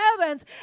heavens